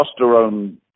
testosterone